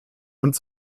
und